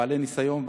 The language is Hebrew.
בעלי ניסיון,